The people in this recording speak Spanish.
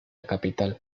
capital